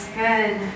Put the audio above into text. good